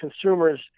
consumers